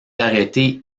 arrêté